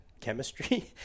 chemistry